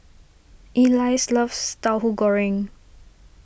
Elyse loves Tahu Goreng